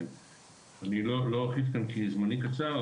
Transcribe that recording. אני לא ארחיב כאן כי זמני קצר,